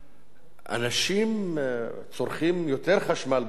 אנשים צורכים יותר חשמל בחורף,